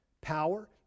power